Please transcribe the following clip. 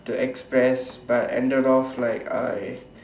to express but ended off like I